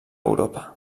europa